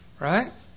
right